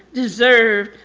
deserved.